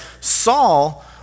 Saul